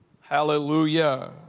Hallelujah